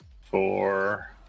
four